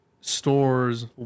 stores